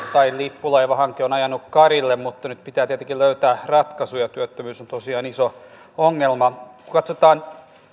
tai lippulaivahanke on ajanut karille mutta nyt pitää tietenkin löytää ratkaisu ja työttömyys on tosiaan iso ongelma kun katsotaan